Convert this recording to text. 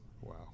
Wow